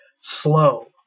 slow